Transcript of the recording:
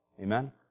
Amen